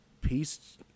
peace